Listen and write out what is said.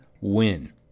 win